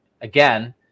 again